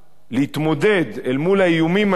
להתמודד עם האיומים האלו,